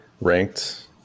ranked